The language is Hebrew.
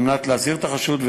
כדי להזהיר את החשוד,